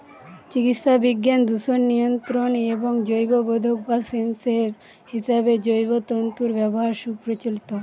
চিকিৎসাবিজ্ঞান, দূষণ নিয়ন্ত্রণ এবং জৈববোধক বা সেন্সর হিসেবে জৈব তন্তুর ব্যবহার সুপ্রচলিত